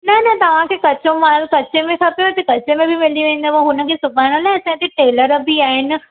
न न तव्हांखे कचो मालु कचे में खपेव त कचे में मिली वेंदो हुनखे सुबण लाइ असांजे हिते टेलर बि आहिनि